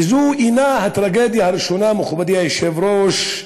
וזו אינה הטרגדיה הראשונה, מכובדי היושב-ראש,